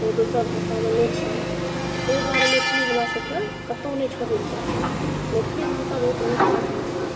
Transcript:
ओ दोसर भाषामे नहि छै तैं दुआरे मैथिली हमरासभके कतौ नहि छोड़ना चाही मैथिली भाषा बहुत नीक भाषा छै